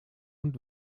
und